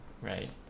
right